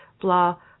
blah